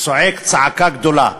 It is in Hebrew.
וצועק צעקה גדולה,